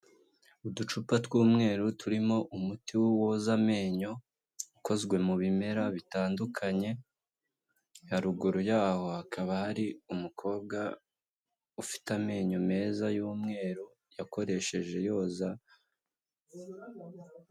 Uducupa tw'umweru turimo umuti woza amenyo ukozwe mu bimera bitandukanye, haruguru yaho hakaba hari umukobwa ufite amenyo meza y'umweru yakoresheje yoza.